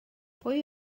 pwy